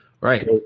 Right